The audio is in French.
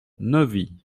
neuvy